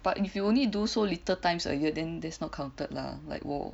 but if you only do so little times a year then that's not counted lah like 我